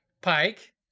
Pike